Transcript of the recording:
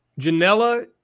Janela